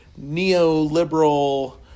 neoliberal